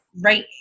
right